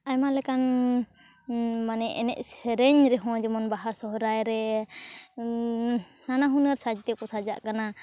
ᱟᱭᱢᱟ ᱞᱮᱠᱟᱱ ᱢᱟᱱᱮ ᱮᱱᱮᱡ ᱥᱮᱨᱮᱧ ᱨᱮᱦᱚᱸ ᱵᱟᱦᱟ ᱥᱚᱦᱚᱨᱟᱭ ᱨᱮ ᱱᱟᱱᱟ ᱦᱩᱱᱟᱹᱨ ᱥᱟᱡᱽᱛᱮ ᱠᱚ ᱥᱟᱡᱟᱜ ᱠᱟᱱᱟ